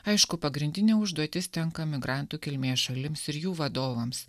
aišku pagrindinė užduotis tenka migrantų kilmės šalims ir jų vadovams